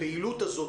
הזו,